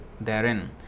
therein